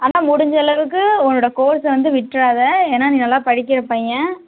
ஆனால் முடிந்த அளவுக்கு உன்னோடய கோர்ஸ் வந்து விட்டுறாத ஏன்னா நீ நல்லா படிக்கிற பையன்